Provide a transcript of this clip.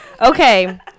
Okay